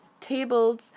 tables